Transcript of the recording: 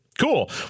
Cool